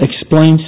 explains